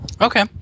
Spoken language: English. okay